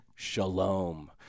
Shalom